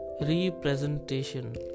representation